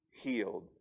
healed